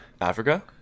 Africa